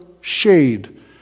shade